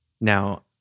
Now